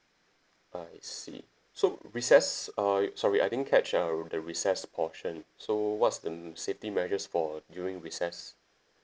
I see so recess uh sorry I didn't catch uh the recess portion so what's the um safety measures for uh during recess